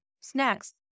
Snacks